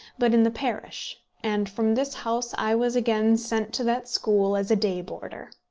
but in the parish and from this house i was again sent to that school as a day-boarder.